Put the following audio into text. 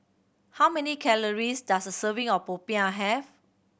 how many calories does a serving of popiah have